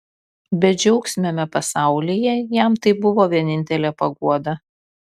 bedžiaugsmiame pasaulyje jam tai buvo vienintelė paguoda